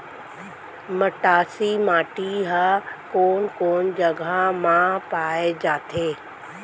मटासी माटी हा कोन कोन जगह मा पाये जाथे?